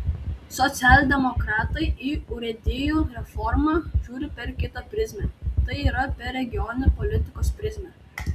socialdemokratai į urėdijų reformą žiūri per kitą prizmę tai yra per regionų politikos prizmę